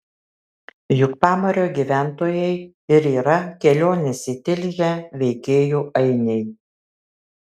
juk pamario gyventojai ir yra kelionės į tilžę veikėjų ainiai